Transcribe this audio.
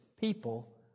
people